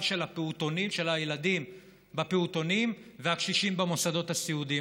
של הילדים בפעוטונים והקשישים במוסדות הסיעודיים,